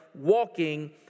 walking